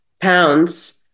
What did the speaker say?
pounds